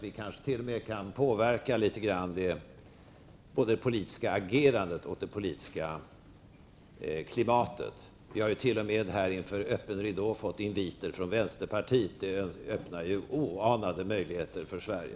Vi kanske t.o.m. kan påverka litet grand både det politiska agerandet och det politiska klimatet. Vi har t.o.m. inför öppen ridå fått inviter från vänsterpartiet. Det öppnar ju oanade möjligheter för Sverige.